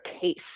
case